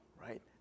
right